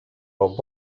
los